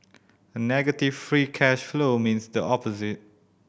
a negative free cash flow means the opposite